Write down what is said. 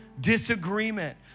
disagreement